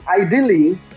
ideally